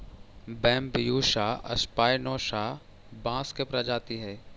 Bambusa spinosa बाँस के प्रजाति हइ